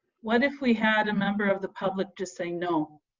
what if we had a member of the public just say, no,